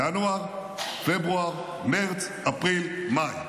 ינואר, פברואר, מרץ, אפריל, מאי,